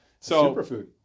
Superfood